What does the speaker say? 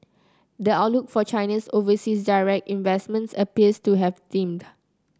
the outlook for Chinese overseas direct investments appears to have dimmed